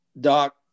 Doc